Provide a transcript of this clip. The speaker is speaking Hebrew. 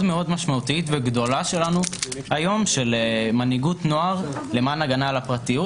משמעותית שלנו היום של מנהיגות נוער למען הגנה על הפרטיות.